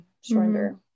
surrender